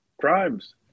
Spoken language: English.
crimes